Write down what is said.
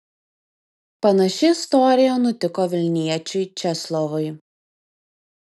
panaši istorija nutiko vilniečiui česlovui